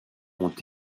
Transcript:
ont